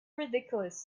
ridiculous